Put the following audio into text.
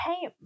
Hey